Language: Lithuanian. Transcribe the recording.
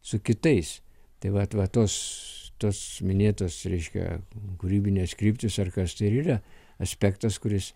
su kitais tai vat va tos tos minėtos reiškia kūrybines kryptis ar kas tai ir yra aspektas kuris